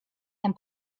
than